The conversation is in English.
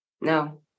no